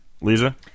Lisa